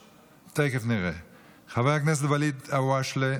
חבר הכנסת ואליד אלהואשלה,